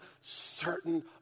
certain